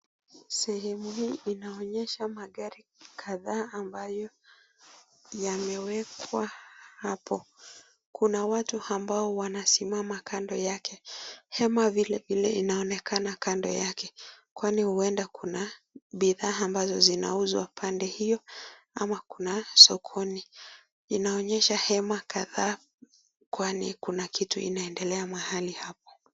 Sehemu hii inaonyesha magari kadhaa ambayo yamewekwa hapo. Kuna watu ambao wanasimama kando yake. Hema vile vile inaonekana kando yake kwani huenda kuna bidhaa ambazo zinauzwa pande hiyo ama kuna sokoni. Inaonyesha hema kadhaa kwani kuna kitu inaendelea mahali hapo.